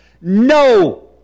No